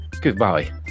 goodbye